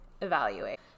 evaluate